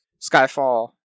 skyfall